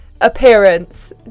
appearance